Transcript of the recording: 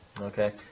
Okay